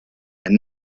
and